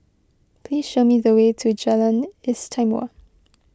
please show me the way to Jalan Istimewa